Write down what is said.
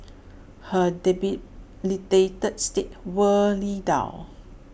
her debilitated state wore lee down